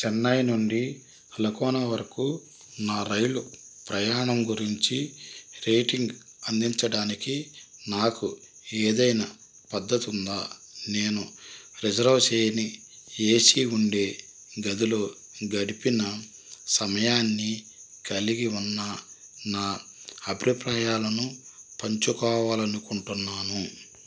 చెన్నై నుండి లక్నౌ వరకు నా రైలు ప్రయాణం గురించి రేటింగ్ అందించడానికి నాకు ఏదైనా పద్ధతి ఉందా నేను రిజర్వ్ చేయని ఏ సి ఉండే గదిలో గడిపిన సమయాన్ని కలిగి ఉన్న నా అభిప్రాయాలను పంచుకోవాలి అనుకుంటున్నాను